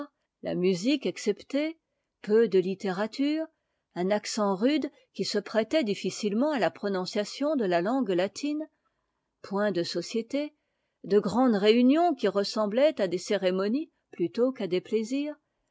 la musique exceptée peu de littérature un accent rude qui se prêtait difficile ment à la prononciation des langues latines point de société de grandes réunions qui ressemblaient à df cérémonies plutôt qu'à des plaisirs